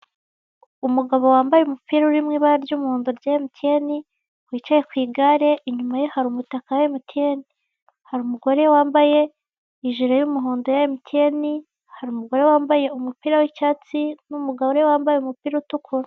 Umugabo wambaye umupira urimo ibara ry'umuhondo rya Mtn wicaye ku igare inyuma ye hari umutaka wa Mtn, hari umugore ijire y'umuhondo ya Mtn, hari umugore wambaye umupira w'icyatsi n'umugore wambaye umupira utukura.